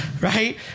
Right